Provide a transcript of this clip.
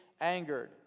angered